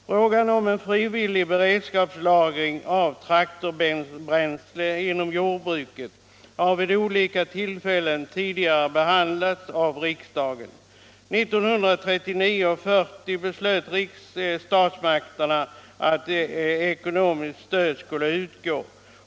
Frågan om frivillig beredskapslagring av traktorbränsle inom jordbruket har vid olika tillfällen tidigare behandlats av riksdagen. Statsmakterna beslöt 1939/40 att ekonomiskt stöd skulle utgå.